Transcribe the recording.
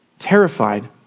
terrified